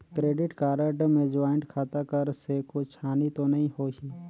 Credit card मे joint खाता कर से कुछ हानि तो नइ होही?